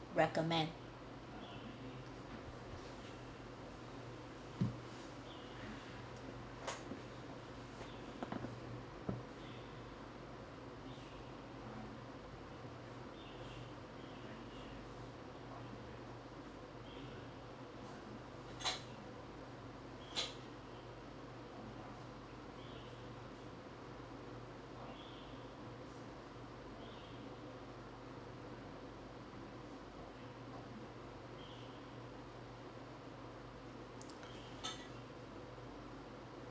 recommend